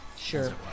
Sure